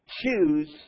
choose